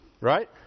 Right